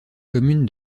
commune